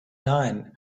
nein